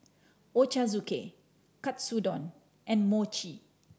Ochazuke Katsudon and Mochi